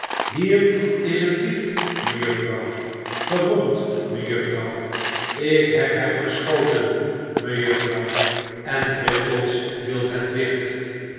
hier is een dief mejuffrouw gewond mejuffrouw ik heb hem geschoten mejuffrouw en brittles hield het licht